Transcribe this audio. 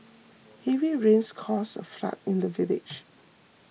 heavy rains caused a flood in the village